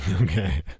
Okay